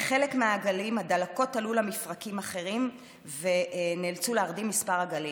לחלק מהעגלים הדלקות עלו למפרקים אחרים ונאלצו להרדים מספר עגלים.